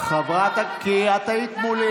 כי את היית מולי,